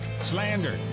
slander